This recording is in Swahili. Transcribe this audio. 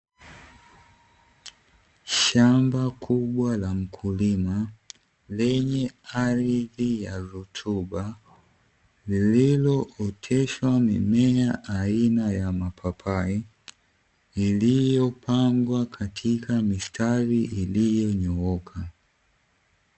Shamba kubwa la mkulima lenye hali hii ya rutuba lililooteshwa mimea aina ya mapapai iliyopangwa katika mistari iliyonyooka.